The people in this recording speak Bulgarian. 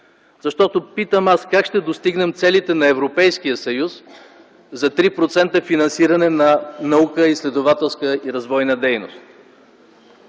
Защото, питам аз, как ще постигнем целите на Европейския съюз за 3% финансиране на научна, изследователска и развойна дейност?